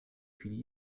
chwili